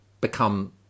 become